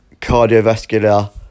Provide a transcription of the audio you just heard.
cardiovascular